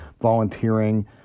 volunteering